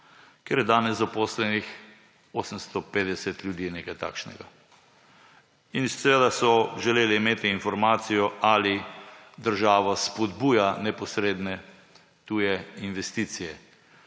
kjer je danes zaposlenih 850 ljudi, nekaj takšnega. Seveda so želeli imeti informacijo, ali država spodbuja neposredne tuje investicije.